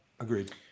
Agreed